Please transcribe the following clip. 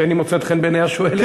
בין שמוצאת חן בעיני השואלת,